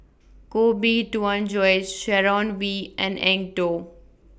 Koh Bee Tuan Joyce Sharon Wee and Eng Tow